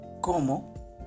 ¿Cómo